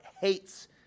hates